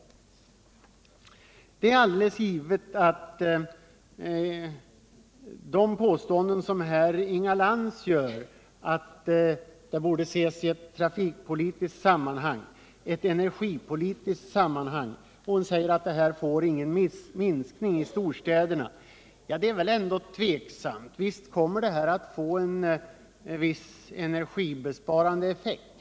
Inga Lantz sade att bensinskatten bör ses i ett trafikpolitiskt och energipolitiskt sammanhang, och hon påstod att prishöjningen inte kommer att leda till någon minskning av bilismen i storstäderna. Det är väl ändå tveksamt. Visst kommer detta att få en viss energibesparingseffekt.